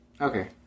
Okay